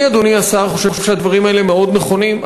אני, אדוני השר, חושב שהדברים האלה מאוד נכונים.